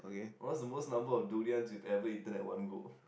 what's the most number of durians you ever eaten at one go